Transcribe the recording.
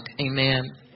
Amen